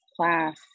class